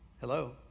Hello